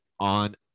on